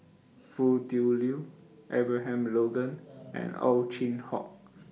Foo Tui Liew Abraham Logan and Ow Chin Hock